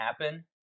happen